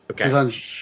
Okay